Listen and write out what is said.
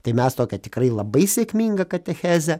tai mes tokią tikrai labai sėkmingą katechezę